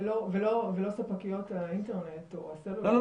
ולא ספקיות האינטרנט או הסלולר ש --- לא,